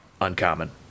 uncommon